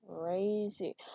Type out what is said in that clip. crazy